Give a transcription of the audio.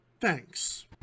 Thanks